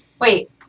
Wait